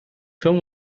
film